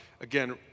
Again